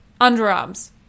underarms